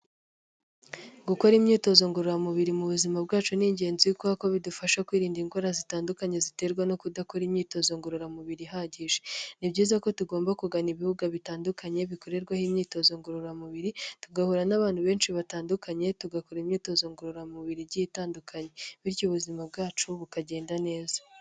Gukora imyitozo ngorora mubiri mu buzima bwacu ni ingenzi kubera ko bidufasha kwirinda indwara zitandukanye ziterwa no kudakora imyitozo ngorora mubiri ihagije, ni byiza ko tugomba kugana ibibuga bitandukanye bikorerwaho imyitozo ngorora mubiri tugahura n'abantu benshi batandukanye tugakora imyitozo ngorora mubiri igiye itandukanye, bityo ubuzima bwacu bukagenda neza.